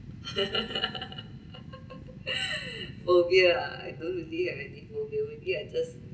okay lah I don't really have any phobia maybe I just